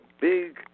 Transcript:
big